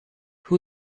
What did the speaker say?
who